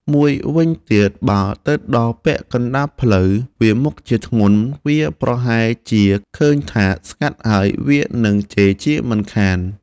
មួយវិញទៀតបើទៅដល់ពាក់កណ្ដាលផ្លូវវាមុខជាធ្ងន់ វាប្រហែលជាគិតឃើញថាស្ងាត់ហើយ វានឹងជេរជាមិនខាន។